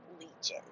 leeches